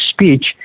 speech